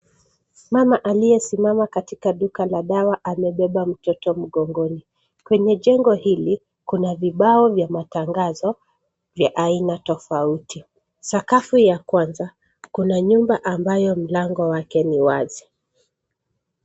Mama aliyesimama katika duka la dawa amebeba mtoto mgongoni. Kwenye jengo hili, kuna vibao vya matangazo, vya aina tofauti. Sakafu ya kwanza, kuna nyumba ambayo mlango wake ni wazi.